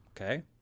okay